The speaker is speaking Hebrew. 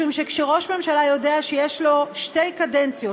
משום שכשראש הממשלה יודע שיש לו שתי קדנציות